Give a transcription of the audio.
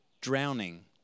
drowning